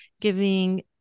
giving